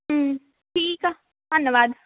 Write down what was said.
ਹੂੰ ਠੀਕ ਆ ਧੰਨਵਾਦ